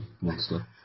monster